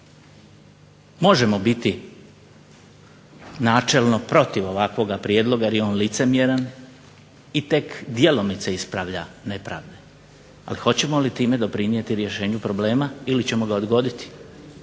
Možemo biti načelno protiv ovakvog prijedloga jer je on licemjeran i tek djelomice ispravlja nepravda, ali hoćemo li time doprinijeti rješenju problema ili ćemo ga odgoditi?